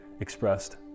expressed